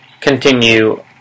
continue